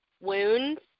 wounds